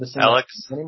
Alex